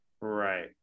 Right